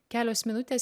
kelios minutės